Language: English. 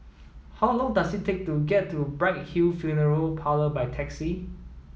how long does it take to get to Bright Hill Funeral Parlour by taxi